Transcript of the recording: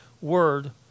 word